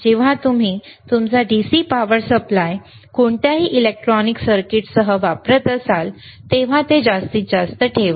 जेव्हा तुम्ही तुमचा DC पॉवर सप्लाय कोणत्याही इलेक्ट्रॉनिक सर्किटसह वापरत असाल तेव्हा ते जास्तीत जास्त ठेवा